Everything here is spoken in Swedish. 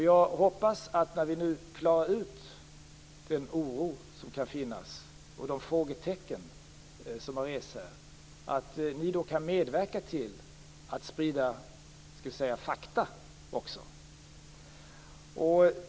Jag hoppas ni kan medverka till att också sprida fakta, nu när vi skingrar den oro och rätar ut de frågetecken som kan finnas.